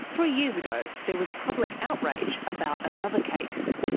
three years ago, there was public outrage about another case.